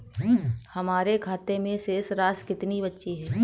हमारे खाते में शेष राशि कितनी बची है?